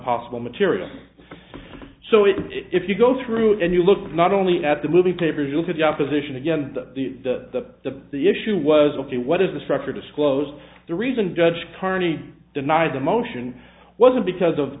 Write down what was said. possible material so if if you go through and you look not only at the movie papers you look at the opposition again the the issue was ok what is the structure disclose the reason judge carney denied the motion wasn't because of